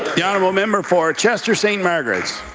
the honourable member for chester-st. margaret's.